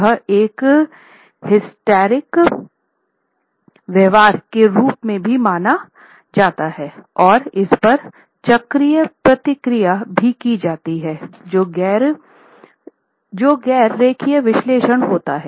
यह एक हिस्टैरिक व्यवहार के रूप में भी माना जाता है और इसपर चक्रीय प्रतिक्रिया भी की जा सकती है जो गैर रेखीय विश्लेषण होता है